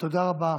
תודה רבה